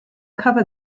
cover